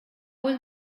was